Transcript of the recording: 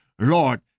Lord